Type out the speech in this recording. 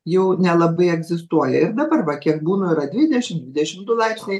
jau nelabai egzistuoja ir dabar va kiek būnu yra dvidešim dvidešim du laipsniai